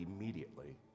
immediately